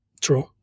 True